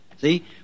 See